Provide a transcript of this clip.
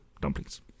dumplings